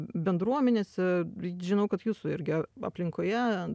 bendruomenėse žinau kad jūsų irgi aplinkoje